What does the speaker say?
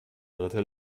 dritte